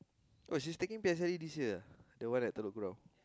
oh she's taking P_S_L_E this year ah the one at Telok-Kurau